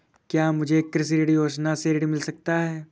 क्या मुझे कृषि ऋण योजना से ऋण मिल सकता है?